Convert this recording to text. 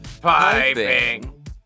Piping